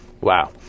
Wow